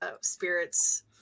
Spirit's